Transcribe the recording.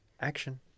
Action